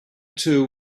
two